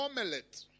omelette